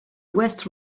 west